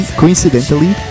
coincidentally